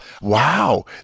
Wow